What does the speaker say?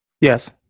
Yes